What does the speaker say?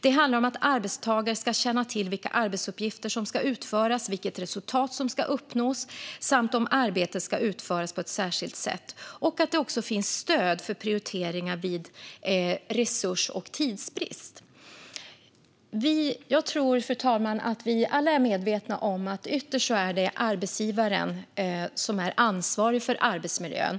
Det handlar om att arbetstagare ska känna till vilka arbetsuppgifter som ska utföras, vilket resultat som ska uppnås samt om arbetet ska utföras på ett särskilt sätt. Det handlar också om att det finns stöd för prioriteringar vid resurs och tidsbrist. Fru talman! Jag tror att vi alla är medvetna om att det ytterst är arbetsgivaren som är ansvarig för arbetsmiljön.